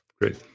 Great